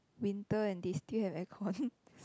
winter and they still have aircon